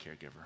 caregiver